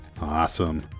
Awesome